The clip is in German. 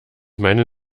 meine